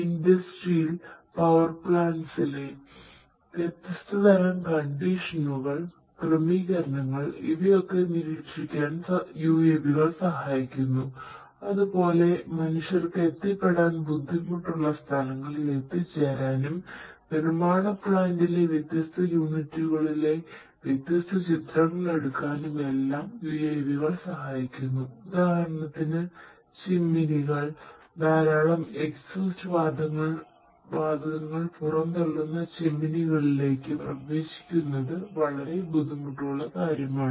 industrial power പ്ലാന്റസിലെ വാതകങ്ങൾ പുറംതള്ളുന്ന ചിമ്മിനികളിലേക്ക് പ്രവേശിക്കുന്നത് വളരെ ബുദ്ധിമുട്ടുള്ള കാര്യമാണ്